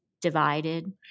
divided